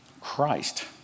Christ